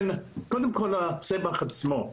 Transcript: קודם כול, הצמח עצמו.